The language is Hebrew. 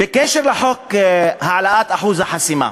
בקשר לחוק העלאת אחוז החסימה: